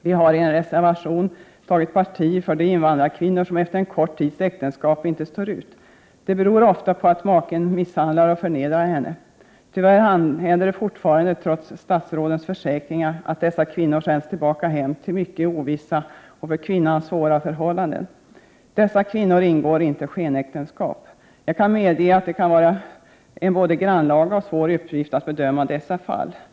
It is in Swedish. Vi har i en reservation tagit parti för de invandrarkvinnor som efter en kort tids äktenskap inte längre står ut. Det beror ofta på att maken misshandlar och förnedrar dem. Tyvärr händer det fortfarande, trots statsrådens försäkringar, att dessa kvinnor sänds tillbaka hem till mycket ovissa och för kvinnan svåra förhållanden. Dessa kvinnor ingår inte skenäktenskap. Jag kan medge att det kan vara en både grannlaga och svår uppgift att bedöma dessa fall.